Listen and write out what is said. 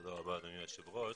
תודה רבה אדוני היושב ראש.